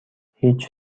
هیچ